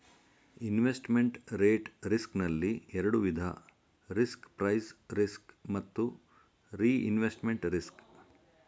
investment rate risk ನಲ್ಲಿ ಎರಡು ವಿಧ ರಿಸ್ಕ್ ಪ್ರೈಸ್ ರಿಸ್ಕ್ ಮತ್ತು ರಿಇನ್ವೆಸ್ಟ್ಮೆಂಟ್ ರಿಸ್ಕ್